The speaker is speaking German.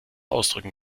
ausdrücken